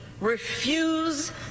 refuse